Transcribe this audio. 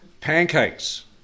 pancakes